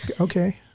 Okay